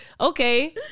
Okay